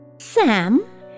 Sam